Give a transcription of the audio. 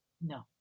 No